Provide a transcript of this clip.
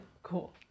Cool